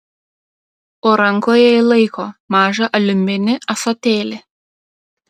o rankoje ji laiko mažą aliuminį ąsotėlį